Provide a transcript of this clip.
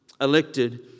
elected